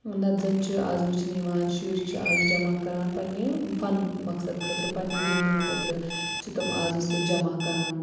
نَتہٕ زَن چھِ آز وٕچھنہٕ یِوان شُرۍ چھِ آز جمع کَران پنٛنہِ فَن مقصد خٲطرٕ پنٛنہِ گِنٛدنہٕ خٲطرٕ چھِ تِم آزٕ سُہ جمع کَران